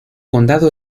condado